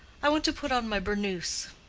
i want to put on my burnous.